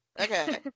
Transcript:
Okay